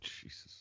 Jesus